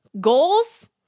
Goals